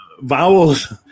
vowels